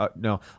No